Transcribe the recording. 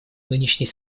нынешней